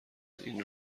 این